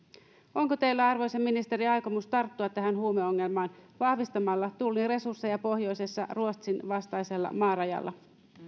onko teillä arvoisa ministeri aikomus tarttua tähän huumeongelmaan vahvistamalla tullin resursseja pohjoisessa ruotsin vastaisella maarajalla